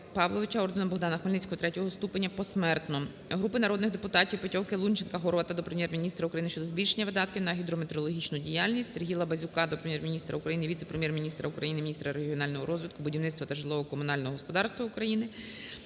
Павловича орденом Богдана Хмельницького ІІІ ступеня (посмертно). Групи народних депутатів (Петьовки, Лунченка, Горвата) до Прем'єр-міністра України щодо збільшення видатків на гідрометеорологічну діяльність. СергіяЛабазюка до Прем'єр-міністра України, віце-прем'єр-міністра України - міністра регіонального розвитку, будівництва та житлово-комунального господарства України,